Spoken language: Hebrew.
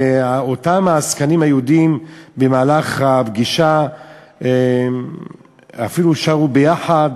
ואותם העסקנים היהודים במהלך הפגישה אפילו שרו ביחד.